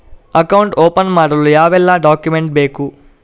Account open ಮಾಡಲು ಯಾವೆಲ್ಲ document ಬೇಕು?